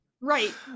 Right